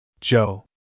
Joe